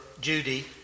Judy